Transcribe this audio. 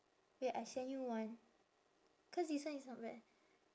wait I send you one cause this one is not bad